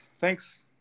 thanks